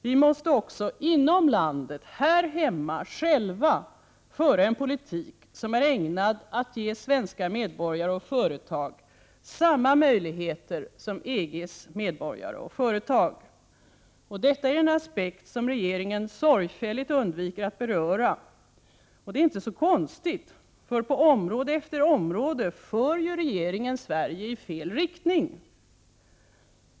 Vi måste också inom landet, här hemma, föra en politik som är ägnad att ge svenska medborgare och företag samma möjligheter som dem som EG:s medborgare och företag har. Detta är en aspekt som regeringen sorgfälligt undviker att beröra. Det är inte så konstigt, för på område efter område för ju regeringen Sverige i fel riktning.